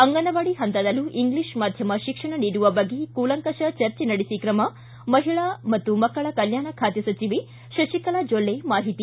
ಅಂಗನವಾಡಿ ಹಂತದಲ್ಲೂ ಇಂಗ್ಲಿಷ ಮಾಧ್ಯಮ ಶಿಕ್ಷಣ ನೀಡುವ ಬಗ್ಗೆ ಕೂಲಂಕಪ ಚರ್ಚೆ ನಡೆಸಿ ಕ್ರಮ ಮಹಿಳಾ ಮಕ್ಕಳ ಕಲ್ಯಾಣ ಖಾತೆ ಸಚಿವೆ ಶಶಿಕಲಾ ಜೊಲ್ಲೆ ಮಾಹಿತಿ